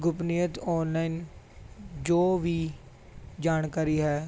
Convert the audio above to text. ਗੋਪਨੀਯ online ਜੋ ਵੀ ਜਾਣਕਾਰੀ ਹੈ